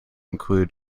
include